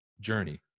journey